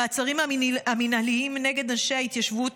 המעצרים המינהליים נגד אנשי ההתיישבות